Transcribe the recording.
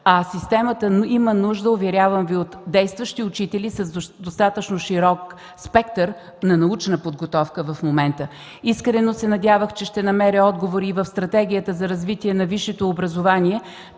а системата има нужда, уверявам Ви, от действащи учители с достатъчно широк спектър на научна подготовка в момента. Искрено са надявах, че ще намеря отговори в Стратегията за развитие на висшето образование